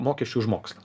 mokesčiui už mokslą